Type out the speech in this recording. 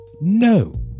no